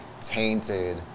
tainted